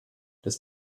das